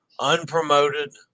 unpromoted